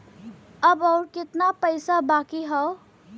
अब अउर कितना पईसा बाकी हव?